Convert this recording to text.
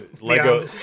Lego